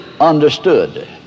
understood